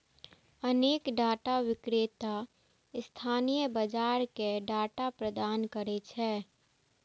अनेक डाटा विक्रेता स्थानीय बाजार कें डाटा प्रदान करै छै